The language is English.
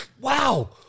Wow